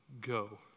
go